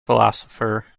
philosopher